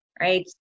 Right